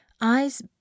eyes